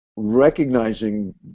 Recognizing